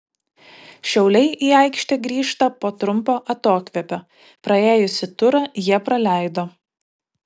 šiauliai į aikštę grįžta po trumpo atokvėpio praėjusį turą jie praleido